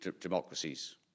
Democracies